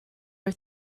are